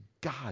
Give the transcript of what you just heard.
God